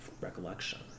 recollection